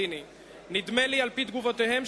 הם לא מבינים את עבודת האופוזיציה.